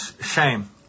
shame